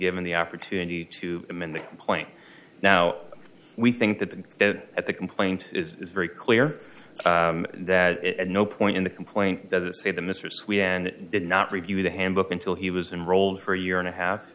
given the opportunity to amend the complaint now we think that at the complaint is very clear that at no point in the complaint does it say the mr sweet and did not review the handbook until he was unrolled for a year and a half